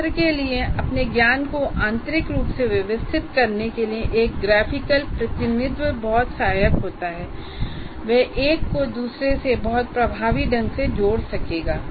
छात्र के लिए अपने ज्ञान को आंतरिक रूप से व्यवस्थित करने के लिए एक ग्राफिकल प्रतिनिधित्व बहुत सहायक होता है वह एक को दूसरे से बहुत प्रभावी ढंग से जोड़ सकेगा